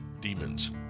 demons